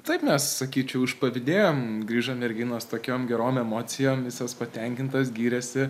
taip mes sakyčiau išpavydėjom grįžo merginos tokiom gerom emocijom visos patenkintos gyrėsi